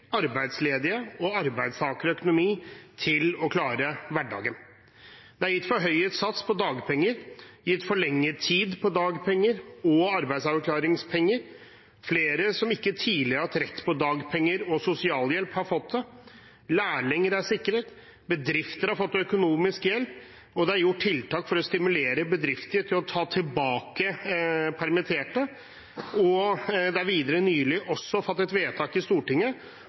arbeidsledige og arbeidstakere økonomi til å klare hverdagen. Det er gitt forhøyet sats på dagpenger og forlenget tid på dagpenger og arbeidsavklaringspenger. Flere som ikke tidligere har hatt rett til dagpenger og sosialhjelp, har fått det. Lærlinger er sikret, bedrifter har fått økonomisk hjelp, og det er gjort tiltak for å stimulere bedrifter til å ta tilbake permitterte. Videre er det nylig fattet vedtak i Stortinget